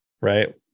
right